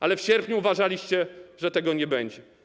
Ale w sierpniu uważaliście, że tego nie będzie.